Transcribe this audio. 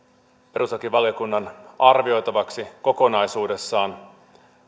perustuslakivaliokunnan arvioitavaksi kokonaisuudessaan